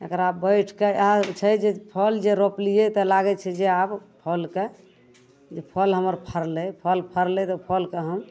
एकरा बैठिके इएह छै जे फल जे रोपलिए तऽ लागै छै जे आब फलके जे फल हमर फड़लै फल फड़लै तऽ फलके हम